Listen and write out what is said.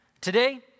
Today